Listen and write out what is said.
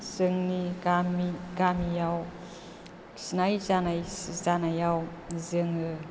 जोंनि गामि गामियाव खिनाय जानायाव जोङो